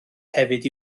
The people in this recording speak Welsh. hefyd